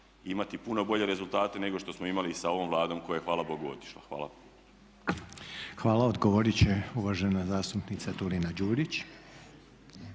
imati puno bolje rezultate nego što smo imali sa ovom Vladom koja je hvala Bogu otišla. Hvala. **Reiner, Željko (HDZ)** Hvala. Odgovorit će uvažena zastupnica Turina-Đurić.